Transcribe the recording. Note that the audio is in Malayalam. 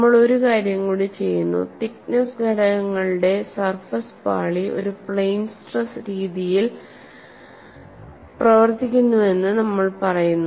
നമ്മൾ ഒരു കാര്യം കൂടി ചെയ്യുന്നു തിക്നെസ്സ് ഘടകങ്ങളുടെ സർഫസ് പാളി ഒരു പ്ലെയ്ൻ സ്ട്രെസ് രീതിയിൽ പ്രവർത്തിക്കുന്നുവെന്ന് നമ്മൾ പറയുന്നു